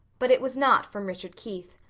but it was not from richard keith.